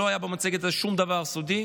לא היה במצגת שום דבר סודי,